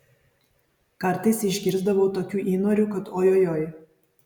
kartais išgirsdavau tokių įnorių kad oi oi oi